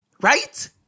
Right